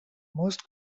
most